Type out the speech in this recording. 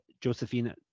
Josephine